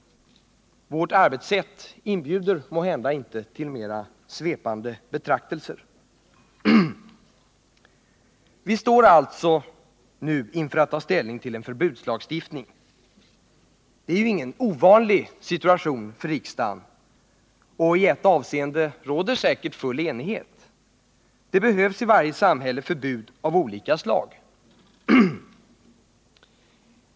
Vårt arbetssätt inbjuder måhända inte till mera svepande betraktelser. Vi står alltså nu inför att ta ställning till en förbudslagstiftning. Detta är ingen ovanlig situation för riksdagen, och i ett avseende råder säkert full enighet: det behövs i varje samhälle förbud av olika slag.